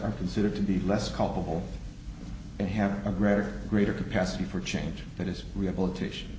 are considered to be less culpable and have a greater greater capacity for change and that is rehabilitation